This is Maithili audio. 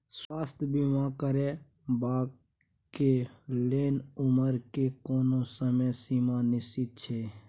स्वास्थ्य बीमा करेवाक के लेल उमर के कोनो समय सीमा निश्चित छै?